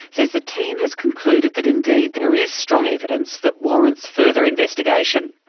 says the team has concluded that indeed there is strong evidence that warrants further investigation.